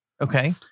Okay